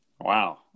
Wow